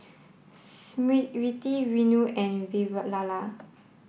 Smriti Renu and Vavilala